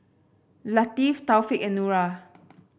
Latif Taufik and Nura